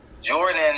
Jordan